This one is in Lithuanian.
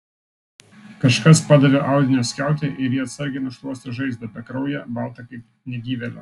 kažkas padavė audinio skiautę ir ji atsargiai nušluostė žaizdą bekrauję baltą kaip negyvėlio